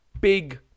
big